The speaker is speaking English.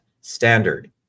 standard